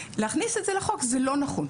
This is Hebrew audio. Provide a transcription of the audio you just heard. להכניס את זה לחוק זה לא נכון.